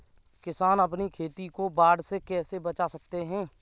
किसान अपनी खेती को बाढ़ से कैसे बचा सकते हैं?